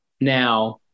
Now